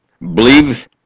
believe